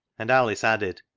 and alice added,